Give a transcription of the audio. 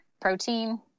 protein